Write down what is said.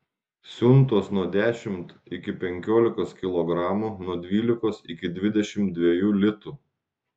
siuntos nuo dešimt iki penkiolikos kilogramų nuo dvylikos iki dvidešimt dviejų litų